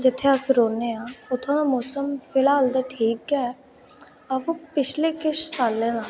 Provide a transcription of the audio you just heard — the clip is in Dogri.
जित्थै अस रौह्ने आं उत्थूं दा मौसम फिलहाल ते ठीक गै ऐ बाऽ पिच्छले किश सालें दा